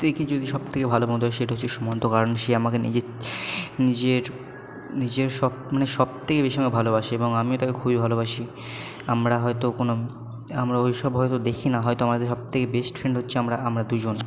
থেকে যদি সব থেকে ভালো বন্ধু হয় সেটা হচ্ছে সুমন্ত কারণ সে আমাকে নিজের নিজের নিজের সব মানে সব থেকে বেশি আমাকে ভালোবাসে এবং আমিও তাকে খুবই ভালোবাসি আমরা হয়তো কোনো আমরা ওই সব হয়তো দেখি না হয়তো আমাদের সব থেকে বেস্ট ফ্রেন্ড হচ্ছে আমরা আমরা দুজন